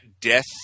death